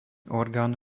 orgán